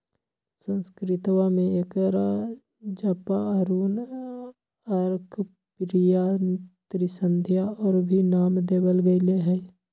संस्कृतवा में एकरा जपा, अरुण, अर्कप्रिया, त्रिसंध्या और भी नाम देवल गैले है